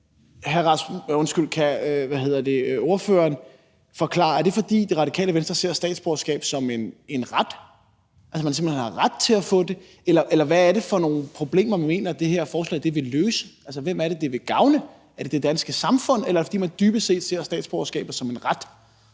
Er det, fordi Radikale Venstre ser statsborgerskab som en ret, altså, at man simpelt hen har ret til at få det? Eller hvad er det for nogle problemer, man mener det her forslag vil løse, altså, hvem er det, det vil gavne? Er det det danske samfund, eller er det, fordi man dybest set ser statsborgerskabet som en ret?